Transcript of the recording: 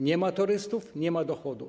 Nie ma turystów - nie ma dochodów.